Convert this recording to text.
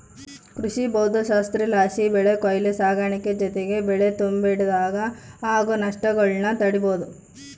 ಕೃಷಿಭೌದ್ದಶಾಸ್ತ್ರಲಾಸಿ ಬೆಳೆ ಕೊಯ್ಲು ಸಾಗಾಣಿಕೆ ಜೊತಿಗೆ ಬೆಳೆ ತುಂಬಿಡಾಗ ಆಗೋ ನಷ್ಟಗುಳ್ನ ತಡೀಬೋದು